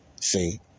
see